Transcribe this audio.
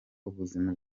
ubuzima